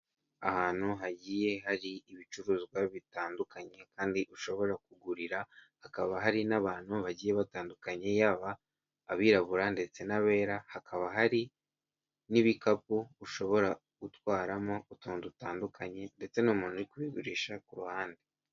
Ahantu hagiye hari ibicuruzwa bitandukanye kandi ushobora kugurira, hakaba hari n'abantu bagiye batandukanye, yaba abirabura ndetse n'abera, hakaba hari n'ibikapu ushobora gutwaramo utuntu dutandukanye ndetse n'umuntu uri kubigurisha ku ruhande.